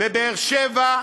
בבאר-שבע,